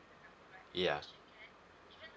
ya